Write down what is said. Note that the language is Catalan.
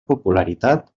popularitat